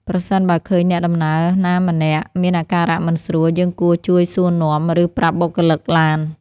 ប្រសិនបើឃើញអ្នកដំណើរណាម្នាក់មានអាការៈមិនស្រួល យើងគួរជួយសួរនាំ ឬប្រាប់បុគ្គលិកឡាន។